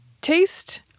taste